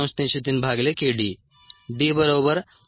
303 भागीले k d